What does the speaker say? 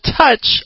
touch